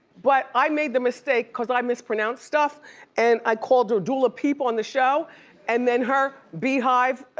but i made the mistake cause i mispronounce stuff and i called her dula pipa on the show and then her beehive,